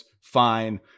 fine